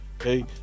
Okay